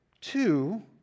two